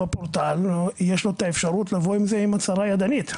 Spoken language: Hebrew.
יש לו את האפשרות לבוא עם הצהרה ידנית.